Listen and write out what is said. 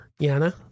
Yana